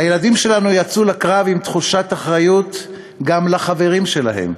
הילדים שלנו יצאו לקרב עם תחושת אחריות גם לחברים שלהם,